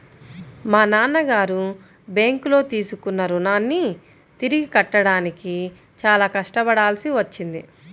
మా నాన్నగారు బ్యేంకులో తీసుకున్న రుణాన్ని తిరిగి కట్టడానికి చాలా కష్టపడాల్సి వచ్చింది